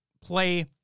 play